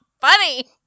funny